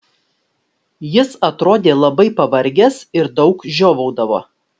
jis atrodė labai pavargęs ir daug žiovaudavo